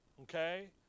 Okay